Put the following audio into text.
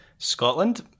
scotland